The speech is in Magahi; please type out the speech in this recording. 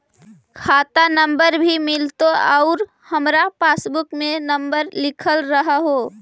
खाता नंबर भी मिलतै आउ हमरा पासबुक में नंबर लिखल रह है?